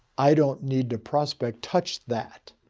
i don't need to prospect. touch that.